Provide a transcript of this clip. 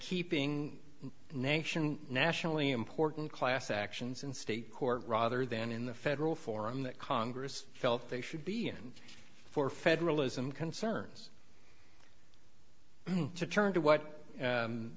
keeping the nation nationally important class actions in state court rather than in the federal form that congress felt they should be in for federalism concerns to turn to what